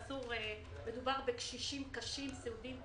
מדובר בקשישים סיעודיים קשים,